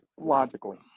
logically